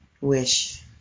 wish